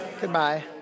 Goodbye